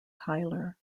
tyler